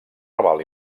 raval